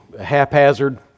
haphazard